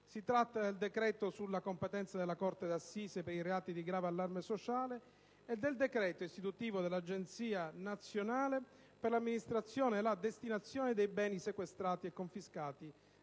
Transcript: Si tratta del decreto sulla competenza della corte d'assise per i reati di grave allarme sociale e del decreto istitutivo dell'Agenzia nazionale per l'amministrazione e la destinazione dei beni sequestrati e confiscati